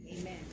Amen